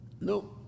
No